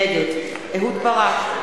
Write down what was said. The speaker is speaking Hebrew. נגד אהוד ברק,